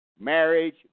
marriage